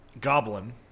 goblin